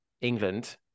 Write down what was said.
England